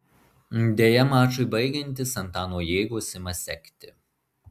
deja mačui baigiantis antano jėgos ima sekti